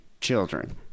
children